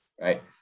right